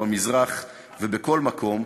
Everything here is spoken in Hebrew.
במזרח ובכל מקום,